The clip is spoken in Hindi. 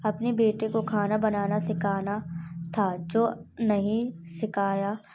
अपने बेटे को खाना बनाना सिकाना था जो नहीं सिकाया